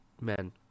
men